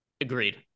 Agreed